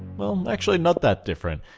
well actually not that different,